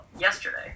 yesterday